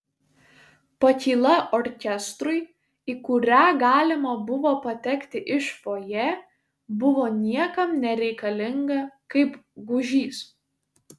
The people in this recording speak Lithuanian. pakyla orkestrui į kurią galima buvo patekti iš fojė buvo niekam nereikalinga kaip gūžys